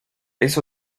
eso